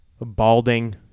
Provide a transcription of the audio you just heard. balding